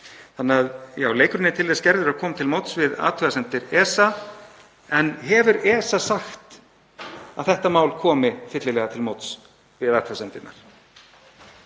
um þetta. Leikurinn er til þess gerður að koma til móts við athugasemdir ESA en hefur ESA sagt að þetta mál komi fyllilega til móts við athugasemdirnar?